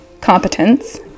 competence